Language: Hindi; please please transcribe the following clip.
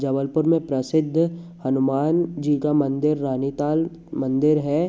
जबलपुर में प्रसिद्ध हनुमान जी का मंदिर रानीताल मंदिर है